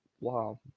wow